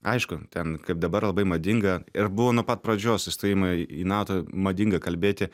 aišku ten kaip dabar labai madinga ir buvo nuo pat pradžios įstojimo į nato madinga kalbėti